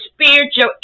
spiritual